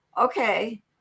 okay